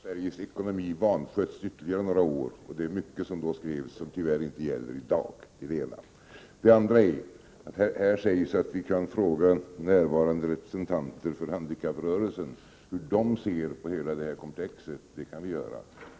Herr talman! Sedan de orden skrevs har Sveriges ekonomi vanskötts ytterligare några år. Mycket av det som tidigare har skrivits gäller tyvärr inte i dag. Socialministern sade att vi kan fråga här närvarande representanter för handikapprörelsen hur de ser på hela detta komplex. Ja, det kan vi göra.